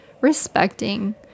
respecting